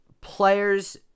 players